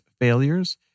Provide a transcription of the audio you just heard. failures